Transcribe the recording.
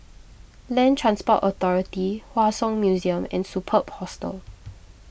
Land Transport Authority Hua Song Museum and Superb Hostel